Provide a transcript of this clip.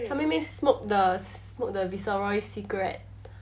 小妹妹 smoke the smoke the Viceroy cigarette